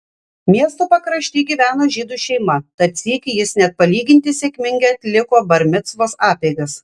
miesto pakrašty gyveno žydų šeima tad sykį jis net palyginti sėkmingai atliko bar micvos apeigas